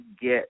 get